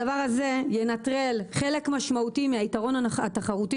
הדבר הזה ינטרל חלק משמעותי מהיתרון התחרותי